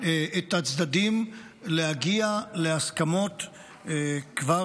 את הצדדים להגיע להסכמות כבר